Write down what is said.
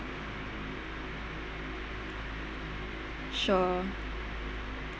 sure